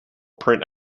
print